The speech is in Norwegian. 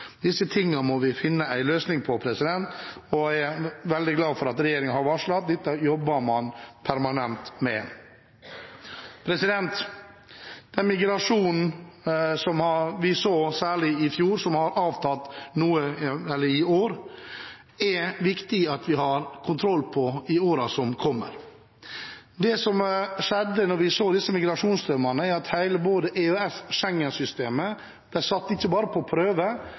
Disse tingene må vi finne en løsning på, og jeg er veldig glad for at regjeringen har varslet at dette jobber man permanent med. Den migrasjonen som vi så særlig i fjor, og som har avtatt i år, er det viktig at vi har kontroll på i årene som kommer. Det som skjedde da vi fikk disse migrasjonsstrømmene, var at hele både EØS- og Schengen-systemet ikke bare ble satt på prøve,